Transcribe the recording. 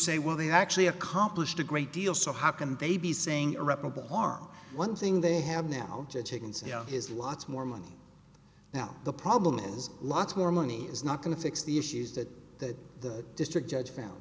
say what they actually accomplished a great deal so how can they be saying irreparable harm one thing they have now taken so you know is lots more money now the problem is lots more money is not going to fix the issues that that the district judge found